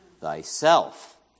thyself